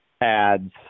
ads